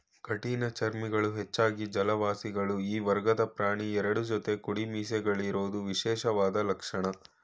ಕಠಿಣಚರ್ಮಿಗಳು ಹೆಚ್ಚಾಗಿ ಜಲವಾಸಿಗಳು ಈ ವರ್ಗದ ಪ್ರಾಣಿ ಎರಡು ಜೊತೆ ಕುಡಿಮೀಸೆಗಳಿರೋದು ವಿಶೇಷವಾದ ಲಕ್ಷಣ